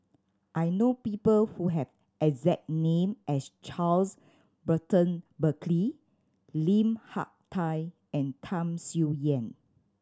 I know people who have exact name as Charles Burton Buckley Lim Hak Tai and Tham Sien Yen